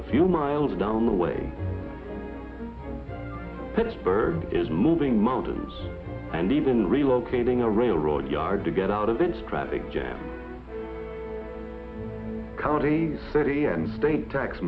a few miles down the way pittsburgh is moving mountains and even relocating a railroad yard to get out of its traffic jam county thirty and state tax